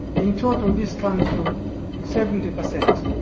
in total, this comes to seventy percent.